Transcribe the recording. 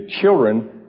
children